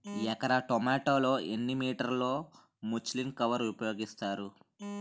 ఎకర టొమాటో లో ఎన్ని మీటర్ లో ముచ్లిన్ కవర్ ఉపయోగిస్తారు?